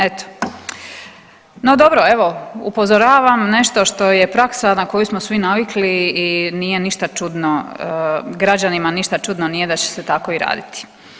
Eto, no dobro evo upozoravam nešto što je praksa na koju smo svi navikli i nije ništa čudno, građanima ništa čudno nije da će se tako i raditi.